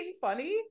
funny